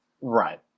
Right